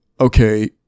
okay